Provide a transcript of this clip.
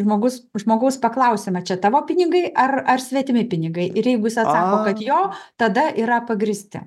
žmogus žmogaus paklausiame čia tavo pinigai ar ar svetimi pinigai ir jeigu jis atsako kad jo tada yra pagrįsti